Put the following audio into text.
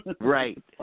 Right